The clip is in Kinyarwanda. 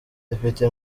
depite